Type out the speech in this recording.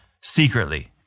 secretly